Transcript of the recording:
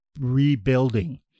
rebuilding